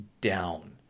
down